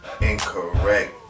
incorrect